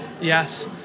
Yes